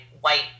white